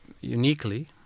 uniquely